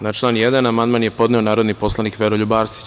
Na član 1. amandman je podneo narodni poslanik Veroljub Arsić.